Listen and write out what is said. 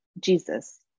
Jesus